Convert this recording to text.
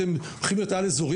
אתם הולכים להיות על אזוריים,